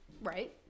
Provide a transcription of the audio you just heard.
Right